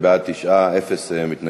בעד, 9, אין מתנגדים.